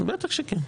בטח שכן.